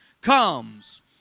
comes